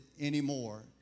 anymore